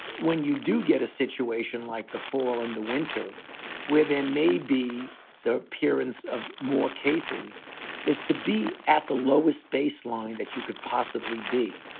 when you do get a situation like the fall and the winter where there may be the appearance of more cases is to be at the lowest baseline that you could possibly be.